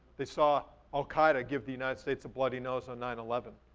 they saw al-qaeda give the united states a bloody nose on nine eleven.